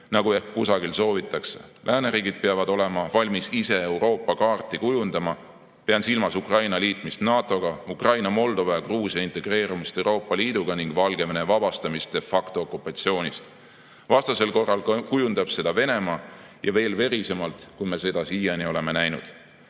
nagu ehk kusagil soovitakse. Lääneriigid peavad olema valmis ise Euroopa kaarti kujundama, pean silmas Ukraina liitumist NATO‑ga, Ukraina, Moldova ja Gruusia integreerumist Euroopa Liiduga ning Valgevene vabastamistde factookupatsioonist. Vastasel korral kujundab seda Venemaa ja veel verisemalt, kui me seda siiani oleme